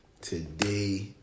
today